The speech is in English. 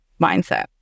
mindset